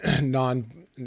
non